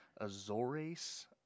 Azores